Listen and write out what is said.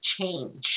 change